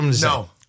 No